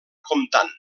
comptant